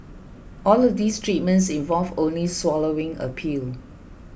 all of these treatments involve only swallowing a pill